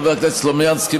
חבר הכנסת סלומינסקי,